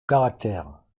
caractère